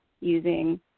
using